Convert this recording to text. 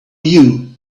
you